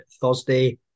Thursday